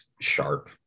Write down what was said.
sharp